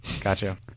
Gotcha